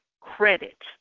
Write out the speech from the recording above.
credit